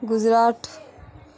Gujarat